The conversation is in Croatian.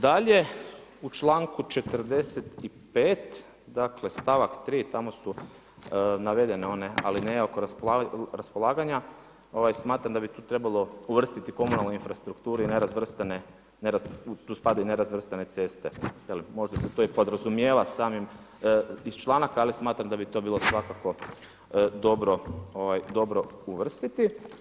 Dalje u članku 45. stavak 3. tamo su navedene one alineje oko raspolaganja, smatram da bi tu trebalo uvrstiti komunalnu infrastrukturu i nerazvrstane, tu spadaju i nerazvrstane ceste, možda se to i podrazumijeva samim iz članka, ali smatram da bi to bilo svakako dobro uvrstiti.